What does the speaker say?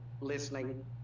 listening